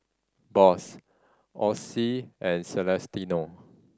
Boss Osie and Celestino